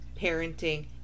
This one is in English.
parenting